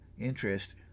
interest